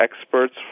experts